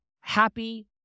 happy